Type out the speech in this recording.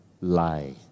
lie